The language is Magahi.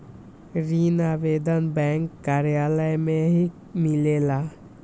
ऋण आवेदन बैंक कार्यालय मे ही मिलेला?